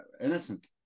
innocent